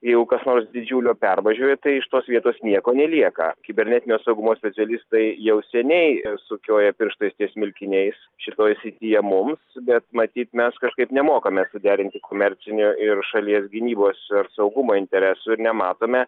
jeigu kas nors didžiulio pervažiuoja tai iš tos vietos nieko nelieka kibernetinio saugumo specialistai jau seniai sukioja pirštais ties smilkiniais šitoj srityje mums bet matyt mes kažkaip nemokame suderinti komercinio ir šalies gynybos ar saugumo interesų ir nematome